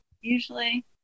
usually